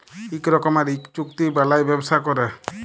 ইক রকমের ইক চুক্তি বালায় ব্যবসা ক্যরে